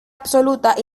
absoluta